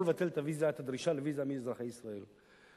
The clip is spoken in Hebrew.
לבטל את הדרישה לוויזה מאזרחי ישראל.